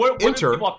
enter